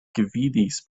gvidis